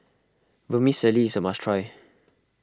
Vermicelli is a must try